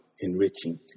enriching